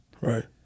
Right